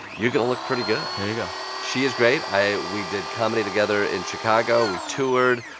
you're going to look pretty good there you go she is great. i we did comedy together in chicago. we toured.